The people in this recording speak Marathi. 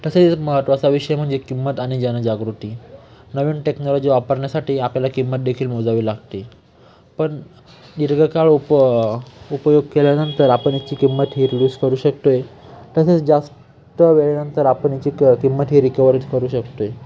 तसेच महत्वाचा विषय म्हणजे किंमत आणि जनजगृती नवीन टेक्नॉलॉजी वापरण्या्साठी आपल्याला किंमत देखील मोजावी लागते पण दीर्घकाळ उप उपयोग केल्यानंतर आपण याची किंमतही रिल्यूज करू शकतो तसेच जास्त वेळेनंतर आपन याची क किंमत ही रिकववरी करू शकतो